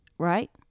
Right